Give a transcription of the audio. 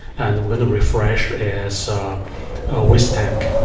and we're going to refresh its waste tank.